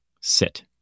sit